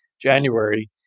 January